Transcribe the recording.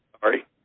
sorry